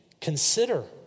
consider